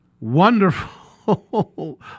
wonderful